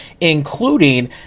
including